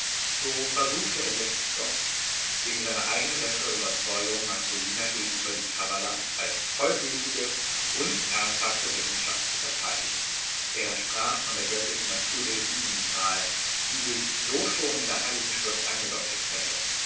so versuchte er jetzt doch gegen seine eigne bessre überzeugung marcolina gegenüber die kabbala als vollgültige und ernsthafte wissenschaft zu verteidigen er sprach von der göttlichen natur der siebenzahl die sich so schon in der heiligen schrift angedeutet fände